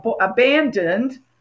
Abandoned